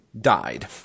died